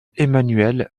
emmanuel